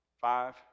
five